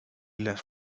las